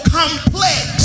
complex